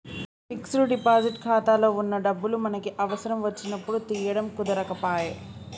fixed deposit ఖాతాలో వున్న డబ్బులు మనకి అవసరం వచ్చినప్పుడు తీయడం కుదరకపాయె